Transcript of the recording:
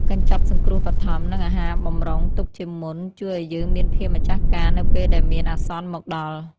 កញ្ចប់សង្គ្រោះបឋម និងអាហារបម្រុងទុកជាមុនជួយឱ្យយើងមានភាពម្ចាស់ការនៅពេលដែលមានអាសន្នមកដល់។